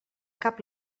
cap